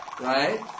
Right